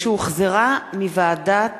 שהחזירה הוועדה